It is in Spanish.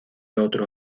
otro